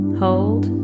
hold